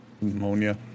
pneumonia